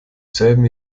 selben